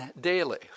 daily